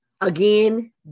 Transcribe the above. Again